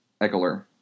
Eckler